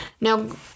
Now